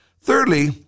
Thirdly